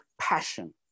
passion